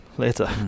later